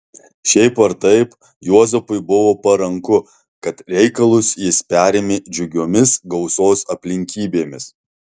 šiaip ar taip juozapui buvo paranku kad reikalus jis perėmė džiugiomis gausos aplinkybėmis